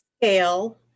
scale